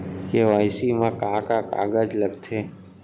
KYC मा का का कागज लगथे?